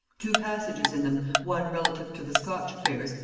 two passages in them, one relative to the scotch affairs,